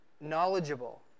knowledgeable